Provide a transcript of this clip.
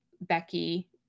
Becky